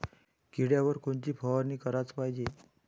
किड्याइवर कोनची फवारनी कराच पायजे?